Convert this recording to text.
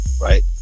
Right